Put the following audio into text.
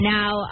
Now